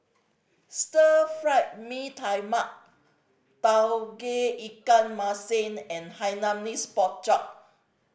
Stir Fried Mee Tai Mak Tauge Ikan Masin and Hainanese Pork Chop